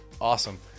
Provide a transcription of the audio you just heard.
Awesome